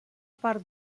part